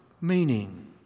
meaning